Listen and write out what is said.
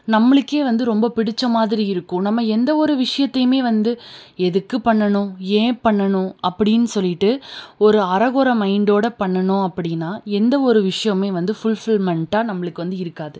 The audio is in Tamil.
நம்மளுக்கே வந்து ரொம்ப பிடிச்ச மாதிரி இருக்கும் நம்ம எந்த ஒரு விஷயத்தையுமே வந்து எதுக்கு பண்ணணும் ஏன் பண்ணணும் அப்டின்னு சொல்லிட்டு ஒரு அரைகொற மைண்டோடு பண்ணினோம் அப்படின்னா எந்த ஒரு விஷயமுமே வந்து ஃபுல்ஃபில்மெண்ட்டாக நம்மளுக்கு வந்து இருக்காது